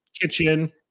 kitchen